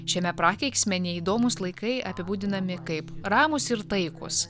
šiame prakeiksme neįdomūs laikai apibūdinami kaip ramūs ir taikūs